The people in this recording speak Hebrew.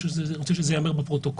אני רוצה שזה ייאמר בפרוטוקול.